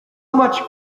much